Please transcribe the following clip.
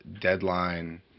deadline